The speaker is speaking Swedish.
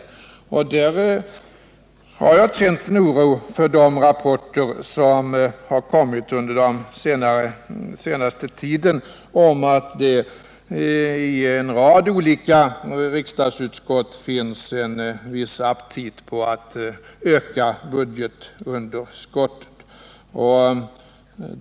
Därför har jag känt en oro för de rapporter som har kommit under den senaste tiden om att det i en rad olika riksdagsutskott finns en viss aptit på att öka budgetunderskottet.